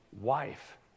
wife